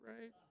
right